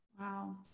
Wow